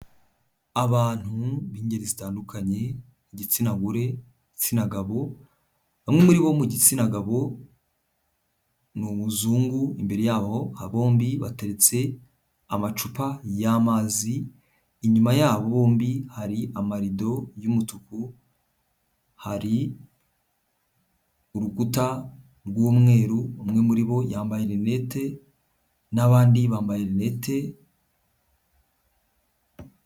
Abantu b'ingeri zitandukanye igitsina gore n'igitsina gabo bamwe muri bo mu gitsina gabo ni abazungu imbere yabo bombi hateretse amacupa y'amazi inyuma yabo bombi hari amarido y'umutuku hari urukuta rw'umweru umwe muri bo yambaye linete (Lunette) n'abandi bambaye linete (Lunette),